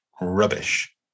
rubbish